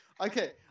Okay